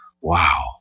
Wow